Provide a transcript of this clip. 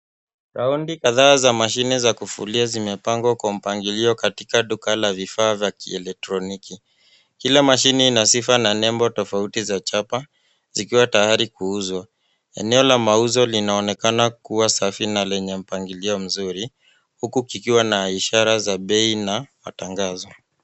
Raundi kadhaa za Mashine za kufulia zimepangwa kwa mpangilio katika duka la Vifaa vya kielektroniki. kila kifaa kina sofa tofouti na nembo tofauti za chapa zikiwa tayari kuuzwa. Eneo la mauzo linaonekana kuwa Safi na lenye mpangilio mzuri huku ikiwa na ishara za bei na matangazo.